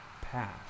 path